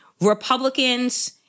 Republicans